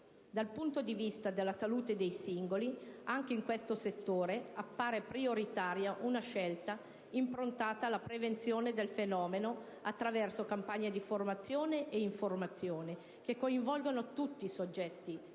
con riferimento alla salute dei singoli appare prioritaria una scelta improntata alla prevenzione del fenomeno attraverso campagne di formazione ed informazione che coinvolgano tutti i soggetti